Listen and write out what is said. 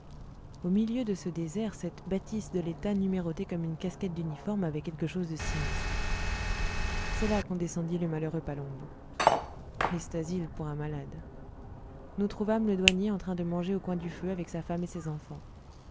au milieu de ce désert cette bâtisse de l'état numérotée comme une casquette d'uniforme avait quelque chose de sinistre c'est là qu'on descendit le malheureux palombo triste asile pour un malade nous trouvâmes le douanier en train de manger au coin du feu avec sa femme et ses enfants